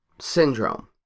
syndrome